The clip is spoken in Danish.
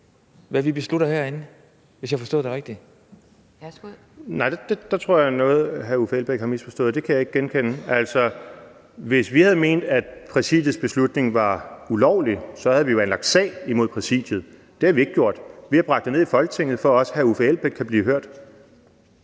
Værsgo. Kl. 12:56 Morten Messerschmidt (DF): Nej, det tror jeg er noget, hr. Uffe Elbæk har misforstået; det kan jeg ikke genkende. Altså, hvis vi havde ment, at Præsidiets beslutning var ulovlig, så havde vi jo anlagt sag mod Præsidiet. Det har vi ikke gjort; vi har bragt det ned i Folketinget, for at også hr. Uffe Elbæk kan blive hørt.